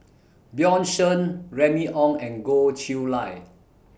Bjorn Shen Remy Ong and Goh Chiew Lye